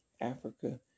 Africa